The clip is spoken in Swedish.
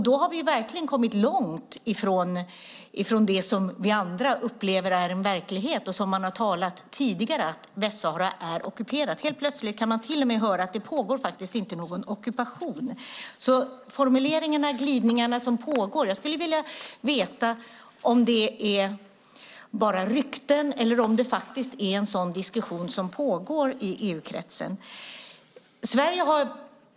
Då har vi verkligen kommit långt från det som vi andra upplever är en verklighet och som man har sagt tidigare, nämligen att Västsahara är ockuperat. Helt plötsligt kan man alltså få höra att det inte pågår någon ockupation. Det sker en glidning i formuleringarna. Jag skulle vilja veta om detta bara är rykten, eller om det faktiskt pågår någon sådan diskussion i EU-kretsen.